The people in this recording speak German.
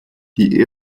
die